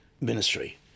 ministry